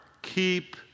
Keep